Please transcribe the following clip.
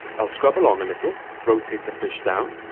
i'll scrub along a little, rotate the fish down,